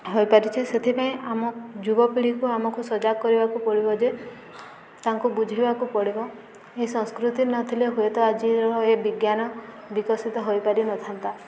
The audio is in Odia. ହୋଇପାରିଛେ ସେଥିପାଇଁ ଆମ ଯୁବପିଢ଼ିକୁ ଆମକୁ ସଜାଗ କରିବାକୁ ପଡ଼ିବ ଯେ ତାଙ୍କୁ ବୁଝାଇବାକୁ ପଡ଼ିବ ଏ ସଂସ୍କୃତି ନଥିଲେ ହୁଏତ ଆଜିର ଏ ବିଜ୍ଞାନ ବିକଶିତ ହୋଇପାରିନଥାନ୍ତା